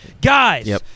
guys